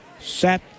set